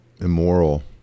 immoral